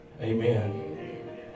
Amen